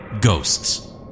Ghosts